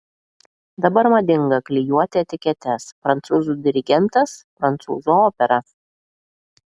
dabar madinga klijuoti etiketes prancūzų dirigentas prancūzų opera